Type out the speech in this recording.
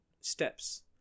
steps